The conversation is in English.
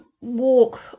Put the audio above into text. walk